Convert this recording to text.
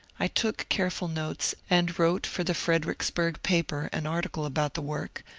i took careful notes, and wrote for the fredericksburg paper an article about the work,